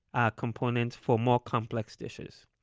a component for more complex dishes.